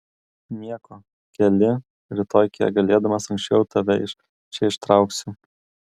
nieko keli rytoj kiek galėdamas anksčiau tave iš čia ištrauksiu